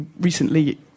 recently